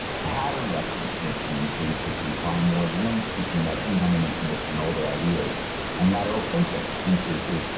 pattern recognition increases, we find more links between that incoming information and all their ideas and lateral thinking increases.